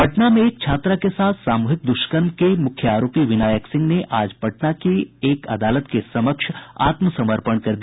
पटना में एक छात्रा के साथ सामूहिक दुष्कर्म के मुख्य आरोपी विनायक सिंह ने आज पटना की एक अदालत के समक्ष आत्मसमर्पण कर दिया